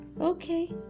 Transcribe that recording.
Okay